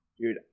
dude